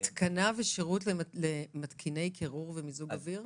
התקנה ושירות למתקיני קירור ומיזוג אוויר?